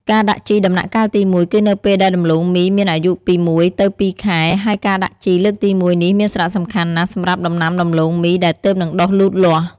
ការដាក់ជីដំណាក់កាលទី១ គឺនៅពេលដែលដំឡូងមីមានអាយុពី ១ ទៅ ២ ខែ ហើយការដាក់ជីលើកទីមួយនេះមានសារៈសំខាន់ណាស់សម្រាប់ដំណាំដំឡូងមីដែលទើបនឹងដុះលូតលាស់។